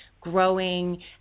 growing